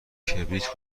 کبریت